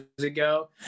ago